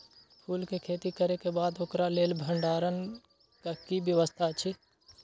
फूल के खेती करे के बाद ओकरा लेल भण्डार क कि व्यवस्था अछि?